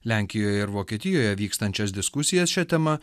lenkijoje ir vokietijoje vykstančias diskusijas šia tema